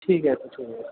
ঠিক আছে ঠিক আছে